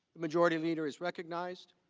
majority leader is recognized.